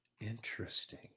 Interesting